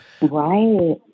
Right